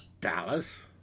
Dallas